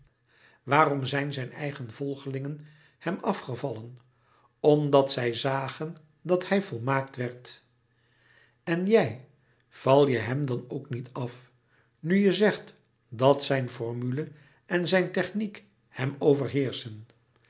waarom zijn zijn eigen volgelingen hem afgevallen omdat zij zagen dat hij volmaakt werd en jij val je hem dan ook niet af nu je zegt dat zijn formule en zijn techniek hem overheerschen